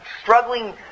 struggling